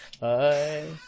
Bye